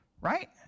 Right